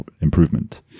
improvement